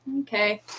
Okay